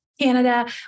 Canada